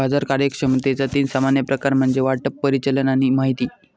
बाजार कार्यक्षमतेचा तीन सामान्य प्रकार म्हणजे वाटप, परिचालन आणि माहिती